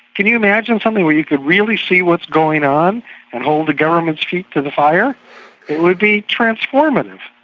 can you imagine something where you can really see what's going on, and hold a government's feet to the fire? it would be transformative.